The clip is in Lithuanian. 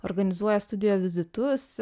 organizuoja studijų vizitus